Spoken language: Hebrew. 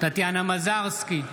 טטיאנה מזרסקי,